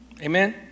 Amen